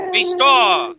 Restore